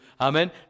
Amen